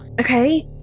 Okay